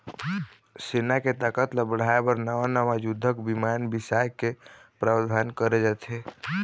सेना के ताकत ल बढ़ाय बर नवा नवा युद्धक बिमान बिसाए के प्रावधान करे जाथे